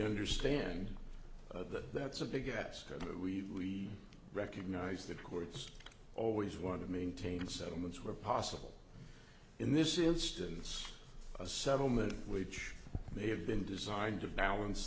understand that that's a big etc we recognize that courts always want to maintain settlements where possible in this instance a settlement which they have been designed to balance